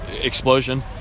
Explosion